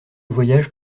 voyage